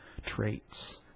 traits